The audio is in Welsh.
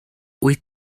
wyt